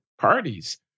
parties